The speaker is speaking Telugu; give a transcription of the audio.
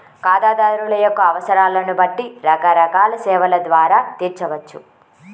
ఖాతాదారుల యొక్క అవసరాలను బట్టి రకరకాల సేవల ద్వారా తీర్చవచ్చు